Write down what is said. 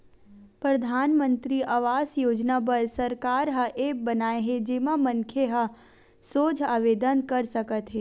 परधानमंतरी आवास योजना बर सरकार ह ऐप बनाए हे जेमा मनखे ह सोझ आवेदन कर सकत हे